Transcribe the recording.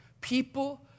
people